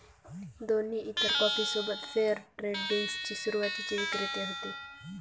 दोन्ही इतर कॉफी सोबत फेअर ट्रेड बीन्स चे सुरुवातीचे विक्रेते होते